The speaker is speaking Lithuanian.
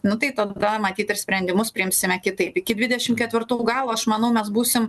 nu tai tada matyt ir sprendimus priimsime kitaip iki dvidešimt ketvirtų galo aš manau mes būsim